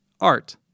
Art